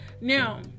now